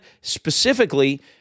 specifically